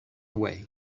way